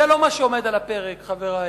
זה לא מה שעומד על הפרק, חברי.